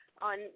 on